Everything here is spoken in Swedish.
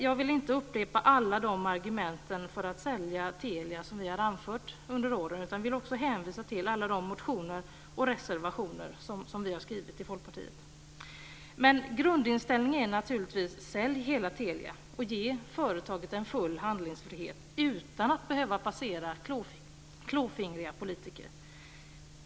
Jag vill inte upprepa alla de argument för att sälja Telia som vi har anfört under åren utan vill hänvisa till alla de motioner och reservationer som vi har skrivit i Folkpartiet. Men grundinställningen är naturligtvis att man ska sälja hela Telia och ge företaget full handlingsfrihet och se till att det inte ska behöva passera klåfingriga politiker.